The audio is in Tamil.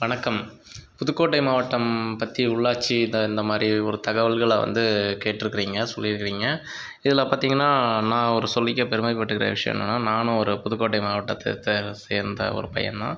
வணக்கம் புதுக்கோட்டை மாவட்டம் பற்றி உள்ளாட்சி த இந்தமாதிரி ஒரு தகவல்களில் வந்து கேட்டிருக்றீங்க சொல்லியிருக்றீங்க இதில் பார்த்தீங்கன்னா நான் ஒரு சொல்லிக்க பெருமைப்பட்டுக்கிற விஷயம் என்னென்னா நான் ஒரு புதுக்கோட்டை மாவட்டத்தை சே சேர்ந்த ஒரு பையன்தான்